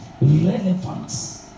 relevance